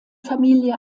familie